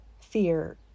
fear